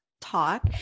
talk